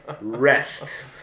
rest